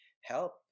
help